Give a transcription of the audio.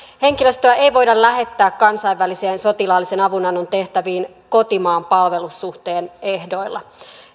henkilöstöä ei ei voida lähettää kansainvälisiin sotilaallisen avunannon tehtäviin kotimaan palvelussuhteen ehdoilla